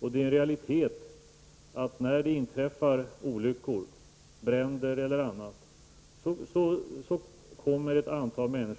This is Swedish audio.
Vidare är det en realitet att ett antal människor, när olyckor inträffar -- bränder eller någonting annat